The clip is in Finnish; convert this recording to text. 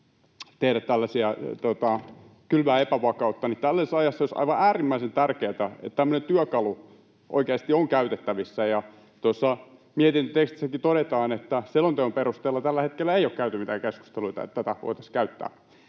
tehdä tällaisia, kylvää epävakautta, ja tällaisessa ajassa olisi aivan äärimmäisen tärkeätä, että tämmöinen työkalu oikeasti on käytettävissä. Mietinnön tekstissäkin todetaan, että selonteon perusteella tällä hetkellä ei ole käyty mitään keskusteluita, että tätä voitaisiin käyttää.